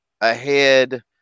ahead